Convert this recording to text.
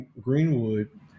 Greenwood